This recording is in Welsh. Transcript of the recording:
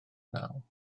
naw